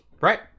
right